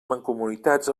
mancomunitats